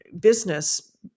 business